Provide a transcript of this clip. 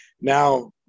now